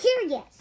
curious